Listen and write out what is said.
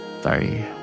Sorry